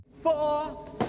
Four